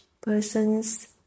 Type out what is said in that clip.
person's